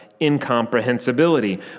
incomprehensibility